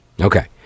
Okay